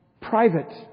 private